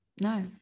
no